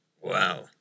Wow